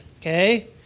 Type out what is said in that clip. okay